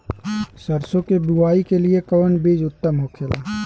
सरसो के बुआई के लिए कवन बिज उत्तम होखेला?